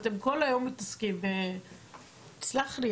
סלח לי,